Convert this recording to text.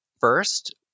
first